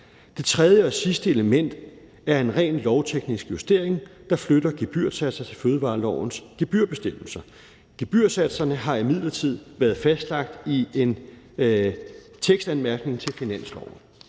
Det tredje og sidste element er en rent lovteknisk justering, der flytter gebyrsatser til fødevarelovens gebyrbestemmelser. Gebyrsatserne har imidlertid været fastlagt i en tekstanmærkning til finansloven.